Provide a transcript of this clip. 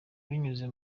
binyuze